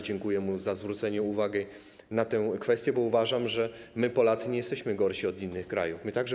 Dziękuję mu za zwrócenie uwagi na tę kwestię, bo uważam, że my, Polacy nie jesteśmy gorsi od innych narodów.